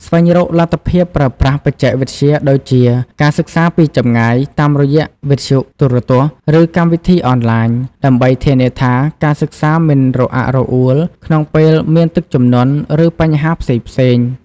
ស្វែងរកលទ្ធភាពប្រើប្រាស់បច្ចេកវិទ្យាដូចជា ការសិក្សាពីចម្ងាយ តាមរយៈវិទ្យុ ទូរទស្សន៍ ឬកម្មវិធីអនឡាញ ដើម្បីធានាថាការសិក្សាមិនរអាក់រអួលក្នុងពេលមានទឹកជំនន់ ឬបញ្ហាផ្សេងៗ។